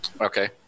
Okay